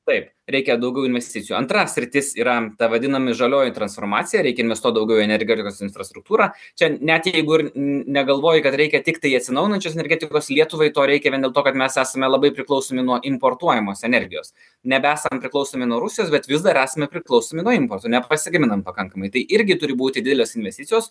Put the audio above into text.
taip reikia daugiau investicijų antra sritis yra ta vadinami žalioji transformacija reikia investuoti daugiau į energetikos infrastruktūrą čia net jeigu ir n negalvoji kad reikia tiktai atsinaujinančios energetikos lietuvai to reikia vien dėl to kad mes esame labai priklausomi nuo importuojamos energijos nebesam priklausomi nuo rusijos bet vis dar esame priklausomi nuo importo nepasigaminam pakankamai tai irgi turi būti didelės investicijos